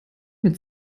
mit